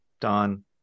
Don